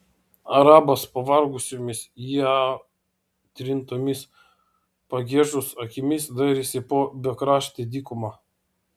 arabas pavargusiomis įaitrintomis pagiežos akimis dairėsi po bekraštę dykumą